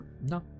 no